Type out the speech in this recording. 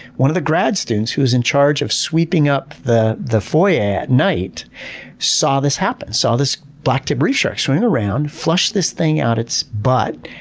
one of the grad students who was in charge of sweeping up the the foyer at night saw this happen. they saw this blacktip reef shark swimming around, flush this thing out its butt,